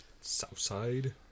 Southside